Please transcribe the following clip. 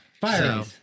fire